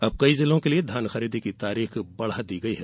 अब कई जिलों के लिये धान खरीदी की तारीख बढ़ायी गयी है